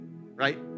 right